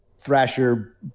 Thrasher